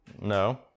No